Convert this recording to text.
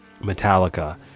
Metallica